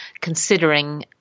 considering